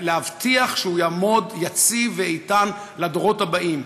להבטיח שהוא יעמוד יציב ואיתן לדורות הבאים.